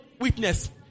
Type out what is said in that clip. witness